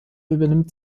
übernimmt